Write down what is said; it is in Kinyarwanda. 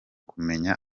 kumenya